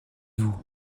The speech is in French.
vous